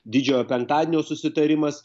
didžiojo penktadienio susitarimas